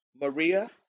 Maria